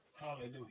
Hallelujah